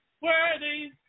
Worthy